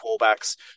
callbacks